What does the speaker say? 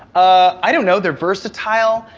ah i don't know, they're versatile,